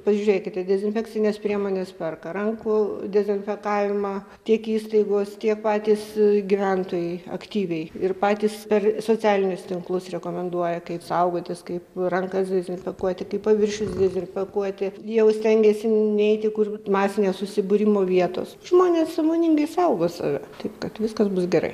pažiūrėkite dezinfekcines priemones perka rankų dezinfekavimą tiek įstaigos tie patys gyventojai aktyviai ir patys per socialinius tinklus rekomenduoja kaip saugotis kaip rankas dezinfekuoti kaip paviršius dezinfekuoti jau stengiasi neiti kur masinio susibūrimo vietos žmonės sąmoningai saugo save taip kad viskas bus gerai